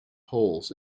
holes